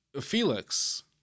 Felix